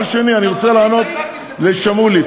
ודבר שני, אני רוצה לענות לשמולי.